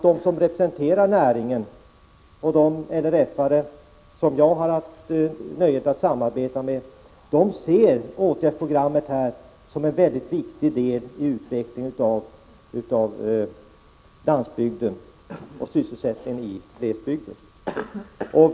De som representerar näringen och de LRF-are som jag har haft nöjet att samarbeta med ser åtgärdsprogrammet som en mycket viktig deli utvecklingen av landsbygden och sysselsättningen i glesbygden.